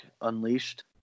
unleashed